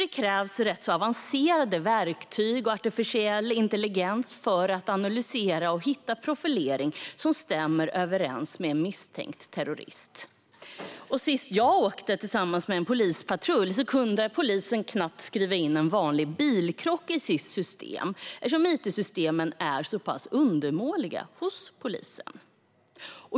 Det krävs rätt avancerade verktyg och artificiell intelligens för att analysera och hitta profilering som stämmer överens med en misstänkt terrorist. Senast jag åkte tillsammans med en polispatrull kunde polisen knappt skriva in en vanlig bilkrock i sitt system eftersom it-systemen är så pass undermåliga hos polisen.